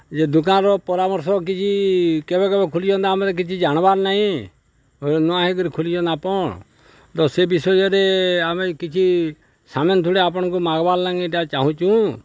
ଯେ ଦୁକାନ୍ର ପରାମର୍ଶ କିଛି କେବେ କେବେ ଖୋଲିଚନ୍ ତ ଆମେ ତ କିଛି ଜାଣ୍ବାର୍ ନାଇଁ ନୂଆ ହେଇକିରି ଖୁଲିଚନ୍ ଆପଣ୍ ତ ସେ ବିଷୟରେ ଆମେ କିଛି ସାମାନ୍ ଥୁଡ଼େ ଆପଣ୍କୁ ମାଗ୍ବାର୍ ଲାଗି ଇଟା ଚାହୁଁଚୁଁ